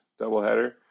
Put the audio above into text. doubleheader